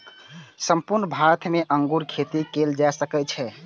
संपूर्ण भारत मे अंगूर खेती कैल जा सकै छै